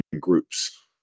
groups